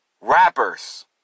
Rappers